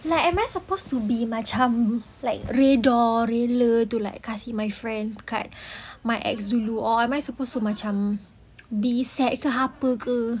like am I supposed to be macam like redha rela to like kasih my friend dekat my ex dulu or am I supposed to macam be sad ke apa ke